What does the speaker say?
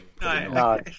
no